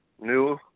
new